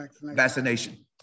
vaccination